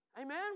Amen